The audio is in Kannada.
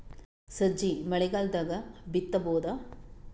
ಸಜ್ಜಿ ಮಳಿಗಾಲ್ ದಾಗ್ ಬಿತಬೋದ?